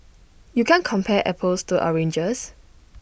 you can't compare apples to oranges